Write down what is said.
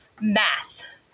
math